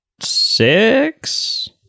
six